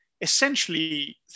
essentially